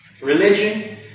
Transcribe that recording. Religion